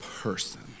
person